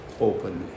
openly